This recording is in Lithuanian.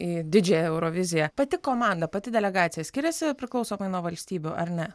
į didžiąją euroviziją pati komanda pati delegacija skiriasi priklausomai nuo valstybių ar ne